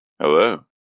Hello